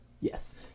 Yes